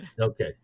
Okay